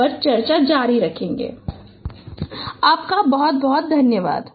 keyword plane induced homography line reconstruction epipolar line infinity homography